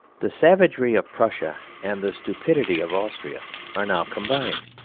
the savagery of prussia and the stupidity of austria are now combined.